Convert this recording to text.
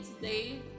today